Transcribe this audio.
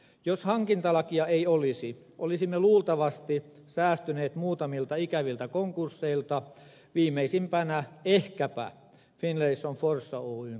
jos hankintalakia ei olisi olisimme luultavasti säästyneet muutamilta ikäviltä konkursseilta viimeisimpänä ehkäpä finlayson forssa oyn konkurssi